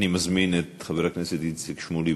אני מזמין את חבר הכנסת איציק שמולי.